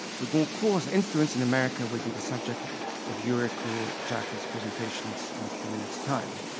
the goncourts influence in america will be the subject of yuriko jackall's presentation in a few minutes time.